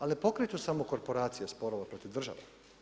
Ali ne pokreću samo korporacije sporove protiv države.